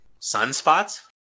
Sunspots